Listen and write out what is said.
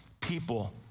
people